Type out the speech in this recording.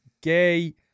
gay